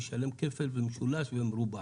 וישלם כפל ומשולש ומרובע,